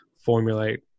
formulate